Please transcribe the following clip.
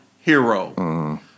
hero